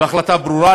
והחלטה ברורה,